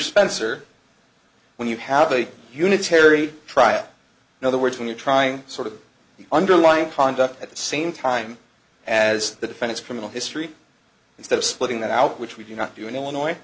spencer when you have a unitary trial in other words when you're trying sort of the underlying conduct at the same time as the defense criminal history instead of splitting that out which we do not do in illinois